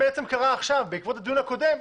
בעקבות הדיון הקודם,